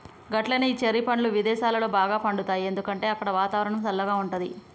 గట్లనే ఈ చెర్రి పండ్లు విదేసాలలో బాగా పండుతాయి ఎందుకంటే అక్కడ వాతావరణం సల్లగా ఉంటది